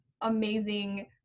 amazing